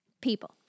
people